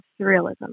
surrealism